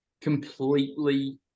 completely